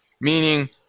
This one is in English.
Meaning